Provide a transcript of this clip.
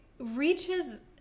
reaches